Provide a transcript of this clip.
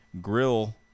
grill